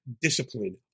discipline